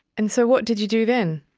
and so what did you do then?